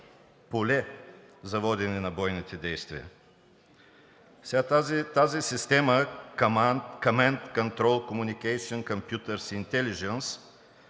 поле за водене на бойните действия. Тази система Command Control Communications Computers Intelligence